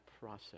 process